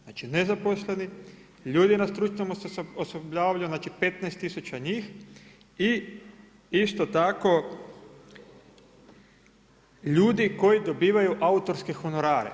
Znači nezaposleni, ljudi na stručnom osposobljavanju, znači 15 tisuća njih i isto tako ljudi koji dobivaju autorske honorare.